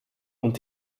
und